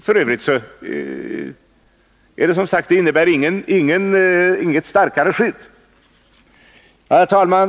F. ö. innebär den inget starkare skydd. Fru talman!